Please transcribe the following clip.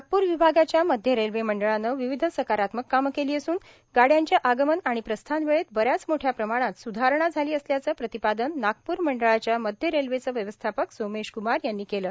नागपूर विभागाच्या मध्य रेल्वे मंडळानं विविध सकारात्मक कामं केली असून गाड्यांच्या आगमन आणि प्रस्थान वेळेत बऱ्याच मोठ्या प्रमाणात सुधारणा झाली असल्याचं प्रतिपादन नागपू मंडळाच्या मध्य रेल्वेचे व्यवस्थापक सोमेशकमार यांनी केलं